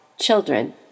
Children